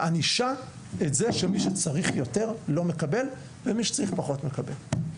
מענישה את זה שמי שצריך יותר לא מקבל ומי שצריך פחות מקבל.